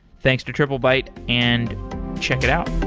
thanks to triplebyte, and check it out.